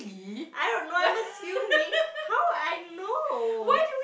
I don't know I'm assuming how I know